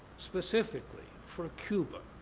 specifically for cuba,